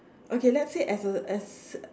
okay let's say as a as